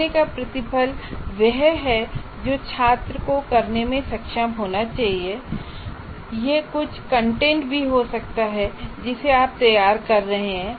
सीखने का प्रतिफल वह है जो छात्र को करने में सक्षम होना चाहिए और यह कुछ कंटेंट भी हो सकता है जिसे आप तैयार कर रहे हैं